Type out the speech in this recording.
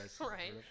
Right